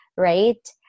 right